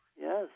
Yes